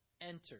enter